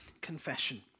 confession